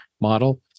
model